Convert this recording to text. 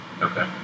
Okay